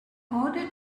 order